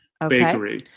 bakery